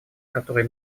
которой